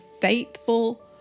faithful